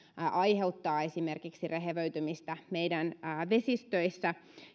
aiheuttavat esimerkiksi rehevöitymistä meidän vesistöissä